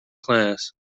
class